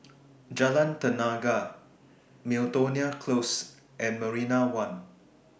Jalan Tenaga Miltonia Close and Marina one